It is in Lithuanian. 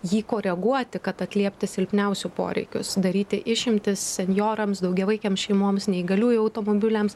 jį koreguoti kad atliepti silpniausių poreikius daryti išimtis senjorams daugiavaikėms šeimoms neįgaliųjų automobiliams